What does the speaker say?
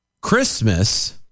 Christmas